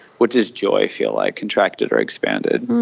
what does joy feel like, contracted or expanded?